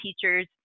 teachers